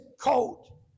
coat